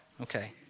Okay